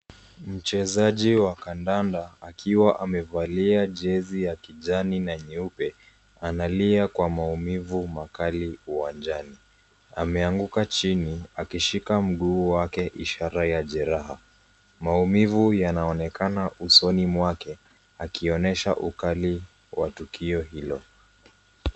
Mchezaji wa kandanda akiwa amevalia jezi ya kijanina nyeupe. Analia kwa maumivu makali uwanjani. Ameanguka akishika mguu wake ishara ya jeraha. Maumivu yanaonekana usoni mwake akionyesha ukali wa tukio hilo.